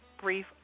brief